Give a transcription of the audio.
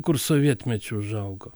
kur sovietmečiu užaugo